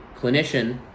clinician